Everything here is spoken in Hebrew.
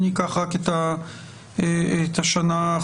ב-2021 למשל,